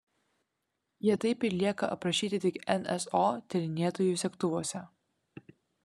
jie taip ir lieka aprašyti tik nso tyrinėtojų segtuvuose